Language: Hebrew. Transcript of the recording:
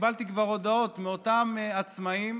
קיבלתי כבר הודעות מאותם עצמאים